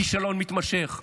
כישלון מתמשך.